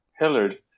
Hillard